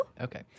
Okay